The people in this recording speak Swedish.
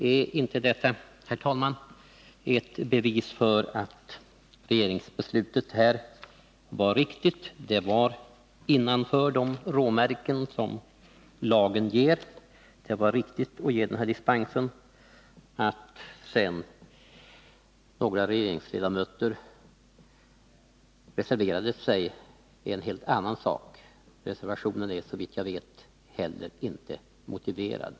Är inte detta ett bevis för att regeringsbeslutet, som ligger innanför lagens råmärken, var riktigt? Det var enligt min mening riktigt att ge denna dispens. Att sedan några regeringsledamöter reserverade sig är en helt annan sak. Reservationen är, såvitt jag vet, heller inte motiverad.